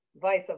vice